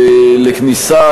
ולכניסה,